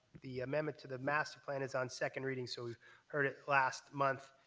the amendment to the master plan is on second reading, so we heard it last month.